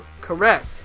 Correct